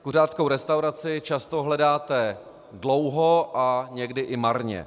Kuřáckou restauraci často hledáte dlouho a někdy i marně.